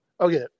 okay